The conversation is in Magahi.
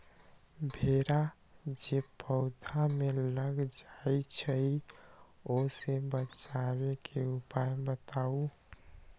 भेरा जे पौधा में लग जाइछई ओ से बचाबे के उपाय बताऊँ?